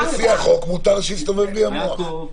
לפי החוק מותר שיסתובב לי המוח.